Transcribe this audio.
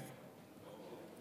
גברתי היושבת-ראש,